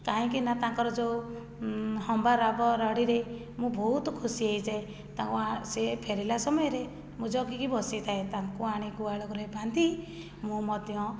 କାହିଁକି ନା ତାଙ୍କର ଯେଉଁ ହମ୍ବା ରାବ ରଡ଼ିରେ ମୁଁ ବହୁତ ଖୁସି ହେଇଯାଏ ତାଙ୍କୁ ସେ ଫେରିଲା ସମୟରେ ମୁଁ ଜଗିକି ବସିଥାଏ ତାଙ୍କୁ ଆଣି ଗୁହାଳ ଘରେ ବାନ୍ଧି ମୁଁ ମଧ୍ୟ